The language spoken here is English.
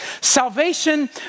salvation